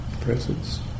presence